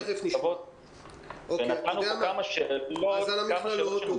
תכף נשמע על המכללות.